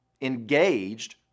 engaged